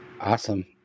Awesome